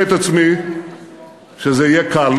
אינני משלה את עצמי שזה יהיה קל,